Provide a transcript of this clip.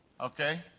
Okay